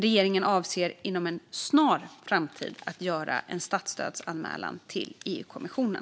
Regeringen avser inom en snar framtid att göra en statsstödsanmälan till EU-kommissionen.